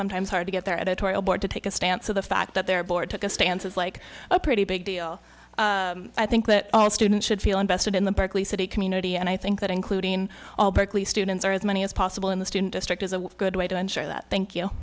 sometimes hard to get their editorial board to take a stance of the fact that their board took a stance of like a pretty big deal i think that all students should feel invested in the berkeley city community and i think that including all berkeley students are as many as possible in the student district is a good way to ensure that thank you